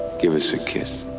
give us a kiss.